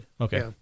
Okay